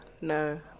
no